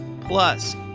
plus